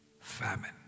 famine